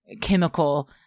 chemical